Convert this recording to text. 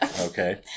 Okay